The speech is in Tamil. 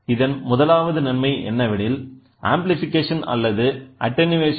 இதன் முதலாவது நன்மை என்னவெனில் ஆம்ஃப்ளிபிகேஷன் அல்லது அட்டனுவேஷன்